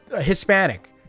Hispanic